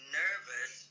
nervous